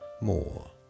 more